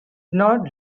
not